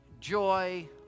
joy